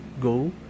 go